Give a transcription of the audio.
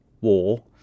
war